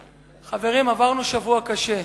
חברים, עברנו שבוע קשה,